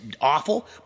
awful